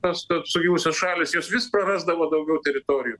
tas ta sugriuvusios šalys jos vis prarasdavo daugiau teritorijų